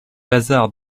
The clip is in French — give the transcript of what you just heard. hasard